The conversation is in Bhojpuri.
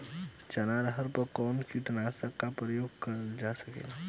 चना अरहर पर कवन कीटनाशक क प्रयोग कर जा सकेला?